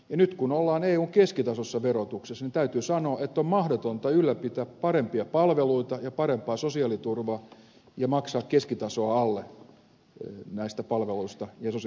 nyt kun ollaan eun keskitasossa verotuksessa niin täytyy sanoa että on mahdotonta ylläpitää parempia palveluita ja parempaa sosiaaliturvaa ja maksaa keskitason alle näistä palveluista ja sosiaaliturvasta